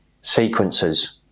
sequences